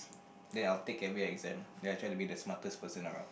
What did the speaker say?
then I will take every exam then I try to be the smartest person around